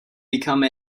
become